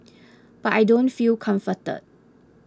but I don't feel comforted